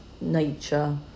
nature